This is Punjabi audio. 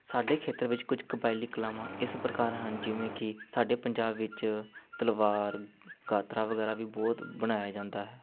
ਸਾਡੇ ਖੇਤਰ ਵਿੱਚ ਕੁਝ ਕਬਾਇਲੀ ਕਲਾਵਾਂ ਇਸ ਪ੍ਰਕਾਰ ਹਨ ਜਿਵੇਂ ਕਿ ਸਾਡੇ ਪੰਜਾਬ ਵਿੱਚ ਤਲਵਾਰ ਗਾਤਰਾ ਵਗੈਰਾ ਵੀ ਬਹੁਤ ਬਣਾਇਆ ਜਾਂਦਾ ਹੈ